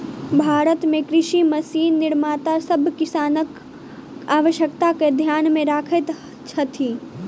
भारत मे कृषि मशीन निर्माता सभ किसानक आवश्यकता के ध्यान मे रखैत छथि